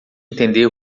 entender